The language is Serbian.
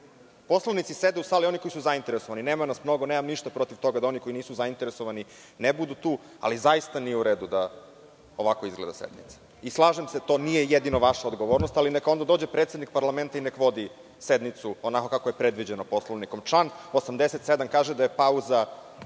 Poslanici sede u sali, oni koji su zainteresovani, nema nas mnogo, nemam ništa protiv toga da oni koji nisu zainteresovani ne budu tu, ali zaista nije u redu da ovako izgleda sednica. Slažem se, to nije jedino vaša odgovornost, neka onda dođe predsednik parlamenta i nek vodi sednicu onako kako je predviđeno Poslovnikom. Član 87. kaže da pauza